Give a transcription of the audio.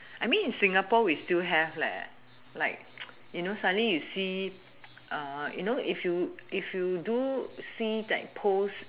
I mean in singapore we still have leh like you know suddenly you see uh you know if you if you do see that post